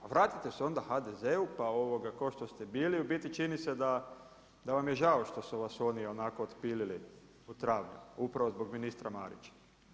A vratite se onda HDZ-u ko što ste bili, u biti čini se da vam je žao što su vas oni onako otpilili u travnju upravo zbog ministra Marića.